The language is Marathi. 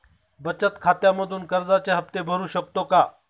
बचत खात्यामधून कर्जाचे हफ्ते भरू शकतो का?